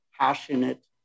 passionate